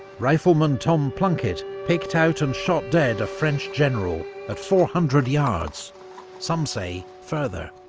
rifleman tom plunkett picked out and shot dead a french general at four hundred yards some say further.